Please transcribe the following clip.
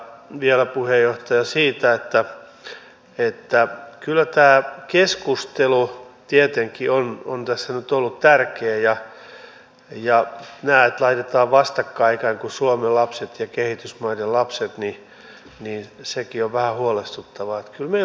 tietenkin rakentaminen niin uudisrakentaminen kuin korjausrakentaminen on tässä merkittävässä roolissa ja olisin vastaavasti ministeriltä halunnut kysyä millä tavoin suomessa aiotaan tämän puolen asioita laittaa voimaan ja miten myös tämä energiansäästöpuoli tulee tähän kokonaisuuteen mahdollisimman hyvin mukaan